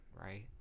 right